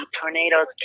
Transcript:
tornadoes